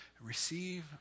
Receive